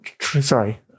Sorry